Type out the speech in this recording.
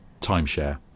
timeshare